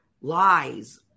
lies